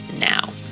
now